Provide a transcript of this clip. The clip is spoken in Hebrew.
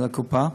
על הקופה,